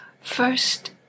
first